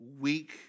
weak